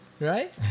right